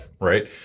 right